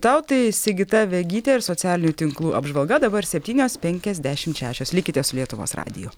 tau tai sigita vegytė ir socialinių tinklų apžvalga dabar septynios penkiasdešim šešios likite su lietuvos radiju